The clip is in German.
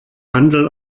handel